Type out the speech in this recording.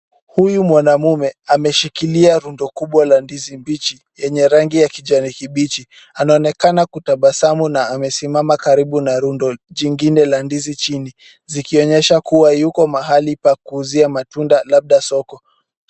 Huyu mwanamume ameshikilia rundo kubwa la ndizi mbichi yenye rangi ya kijani kibichi, anaonekana kutabasamu na amesimama karibu na rundo jingine la ndizi chini zikionyesha kuwa yuko mahali pa kuzia matunda labda soko.